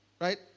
right